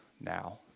now